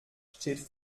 steht